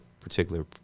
particular